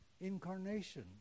incarnation